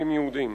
כפליטים יהודים